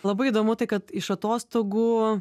labai įdomu tai kad iš atostogų